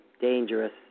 dangerous